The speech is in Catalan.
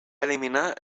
eliminar